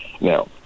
Now